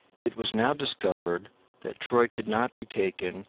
it was now discovered that troy could not be taken